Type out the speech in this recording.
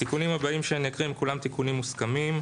התיקונים הבאים שאני אקריא הם כולם תיקונים מוסכמים.